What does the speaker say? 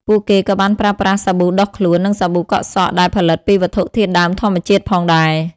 ពួកគេក៏បានប្រើប្រាស់សាប៊ូដុសខ្លួន និងសាប៊ូកក់សក់ដែលផលិតពីវត្ថុធាតុដើមធម្មជាតិផងដែរ។